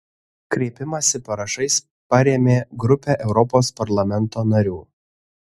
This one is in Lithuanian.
kreipimąsi parašais parėmė grupė europos parlamento narių